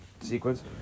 sequence